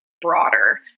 broader